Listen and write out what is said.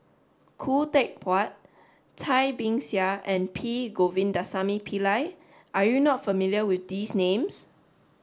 Khoo Teck Puat Cai Bixia and P Govindasamy Pillai are you not familiar with these names